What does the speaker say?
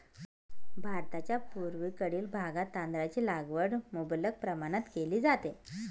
भारताच्या पूर्वेकडील भागात तांदळाची लागवड मुबलक प्रमाणात केली जाते